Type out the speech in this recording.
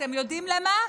אתם יודעים למה?